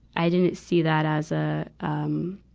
i didn't see that as a, um,